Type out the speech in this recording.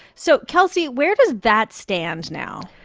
so, kelsey, where does that stand now?